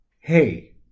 hey